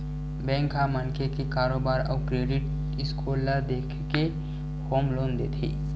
bank ह मनखे के कारोबार अउ क्रेडिट स्कोर ल देखके होम लोन देथे